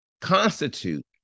constitute